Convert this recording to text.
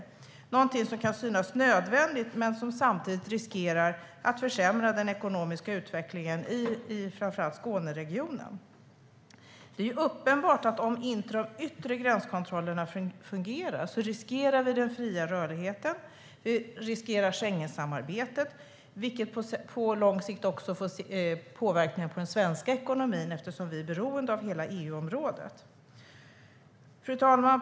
Det är någonting som kan synas nödvändigt, men samtidigt riskerar det att försämra den ekonomiska utvecklingen i framför allt Skåneregionen. Det är uppenbart att vi riskerar den fria rörligheten om de yttre gränskontrollerna inte fungerar. Vi riskerar Schengensamarbetet, vilket på lång sikt även påverkar den svenska ekonomin eftersom vi är beroende av hela EU-området. Fru talman!